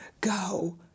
Go